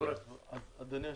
אדוני היושב-ראש.